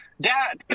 Dad